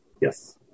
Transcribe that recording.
Yes